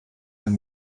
ein